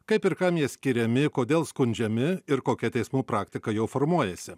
kaip ir kam jie skiriami kodėl skundžiami ir kokia teismų praktika jau formuojasi